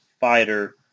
fighter